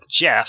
Jeff